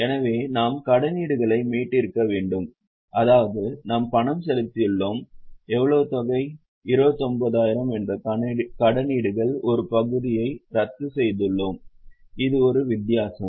எனவே நாம் கடனீடுகளை மீட்டிருக்க வேண்டும் அதாவது நாம் பணம் செலுத்தியுள்ளோம் எவ்வளவு தொகை 29000 என்ற கடனீடுகளின் ஒரு பகுதியை ரத்து செய்துள்ளோம் இது ஒரு வித்தியாசம்